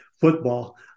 football